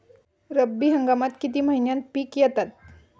रब्बी हंगामात किती महिन्यांत पिके येतात?